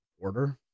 order